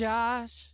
Josh